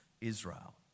Israel